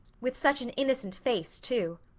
with such an innocent face, too!